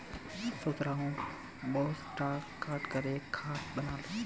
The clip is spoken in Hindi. सोच रहा हूं बांस काटकर एक खाट बना लूं